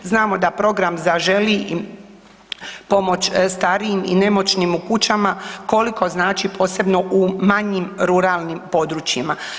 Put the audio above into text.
Znamo da program Zaželi, pomoć starijim i nemoćnim u kućama, koliko znači, posebno u manjim ruralnim područjima.